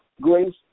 grace